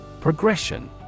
Progression